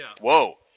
Whoa